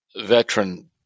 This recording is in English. veteran